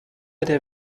der